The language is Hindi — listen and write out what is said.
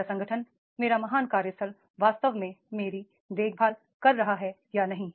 मेरा संगठन मेरा महान कार्यस्थल वास्तव में मेरी देखभाल कर रहा है या नहीं